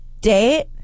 Date